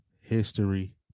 History